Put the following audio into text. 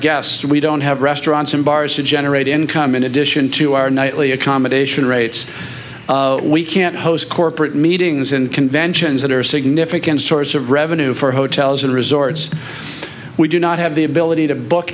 guests we don't have restaurants and bars to generate income in addition to our nightly accommodation rates we can't host corporate meetings and conventions that are a significant source of revenue for hotels and resorts we do not have the ability to book